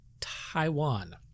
Taiwan